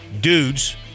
dudes